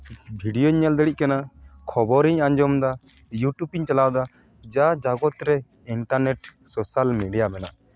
ᱵᱷᱤᱰᱭᱳᱧ ᱧᱮᱞ ᱫᱟᱲᱮᱜ ᱠᱟᱱᱟ ᱠᱷᱚᱵᱚᱨᱤᱧ ᱟᱸᱡᱚᱢᱫᱟ ᱤᱭᱩᱴᱩᱵ ᱤᱧ ᱪᱟᱞᱟᱣᱮᱫᱟ ᱡᱟ ᱡᱟᱵᱚᱛ ᱨᱮ ᱤᱱᱴᱟᱨᱱᱮᱴ ᱥᱳᱥᱟᱞ ᱢᱤᱰᱤᱭᱟ ᱢᱮᱱᱟᱜᱼᱟ